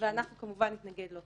ואנחנו כמובן נתנגד לו.